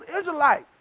Israelites